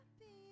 happy